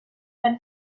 but